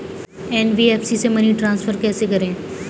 NBFC से money transfer कैसे करें?